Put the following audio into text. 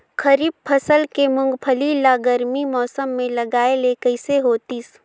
खरीफ फसल के मुंगफली ला गरमी मौसम मे लगाय ले कइसे होतिस?